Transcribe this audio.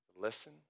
listen